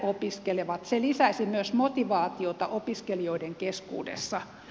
se lisäisi myös motivaatiota opiskelijoiden keskuudessa